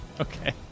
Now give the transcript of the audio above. Okay